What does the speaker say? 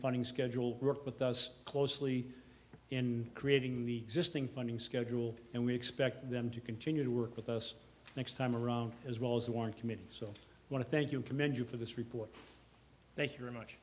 funding schedule worked with us closely in creating the existing funding schedule and we expect them to continue to work with us next time around as well as the one committee so i want to thank you commend you for this report thank you very much